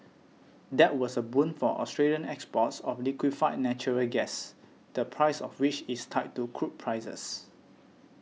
that was a boon for Australian exports of liquefied natural gas the price of which is tied to crude prices